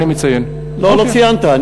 אני מציין, לא ציינת.